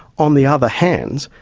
on the other hand,